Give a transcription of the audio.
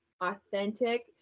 authentic